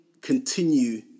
continue